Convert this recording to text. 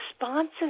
responses